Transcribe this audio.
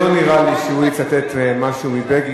לא נראה לי שהוא יצטט משהו מבגין,